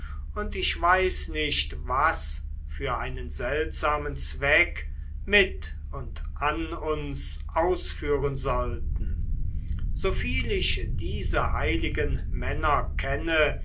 und ich weiß nicht was für einen seltsamen zweck mit und an uns ausführen sollten soviel ich diese heiligen männer kenne